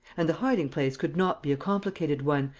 and the hiding-place could not be a complicated one,